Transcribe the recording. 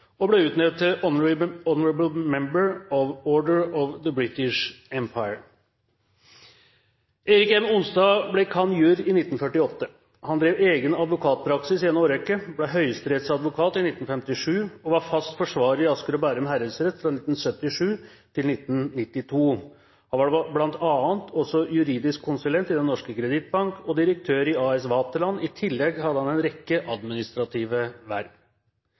og ble utnevnt til Honorary Member of the order of the British Empire. Erik Gjems-Onstad ble cand.jur. i 1948. Han drev egen advokatpraksis i en årrekke, ble høyesterettsadvokat i 1957 og var fast forsvarer i Asker og Bærum herredsrett fra 1977 til 1992. Han var bl.a. også juridisk konsulent i Den norske Creditbank og direktør i A/S Vaterland. I tillegg hadde han en rekke administrative verv.